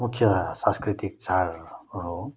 मुख्य सांस्कृतिक चाडहरू हो